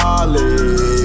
Ollie